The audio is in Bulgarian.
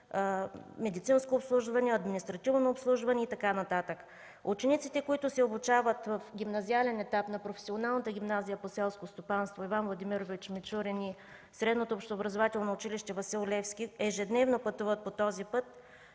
медицинско обслужване, административно обслужване и така нататък. Учениците, които се обучават в гимназиален етап на Професионалната гимназия по селско стопанство „Иван Владимирович Мичурин” и Средното общообразователно училище „Васил Левски”, ежедневно пътуват по този път,